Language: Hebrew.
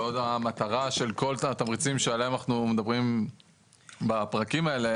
בעוד המטרה של כל התמריצים שעליהם אנחנו מדברים בפרקים האלה,